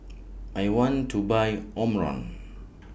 I want to Buy Omron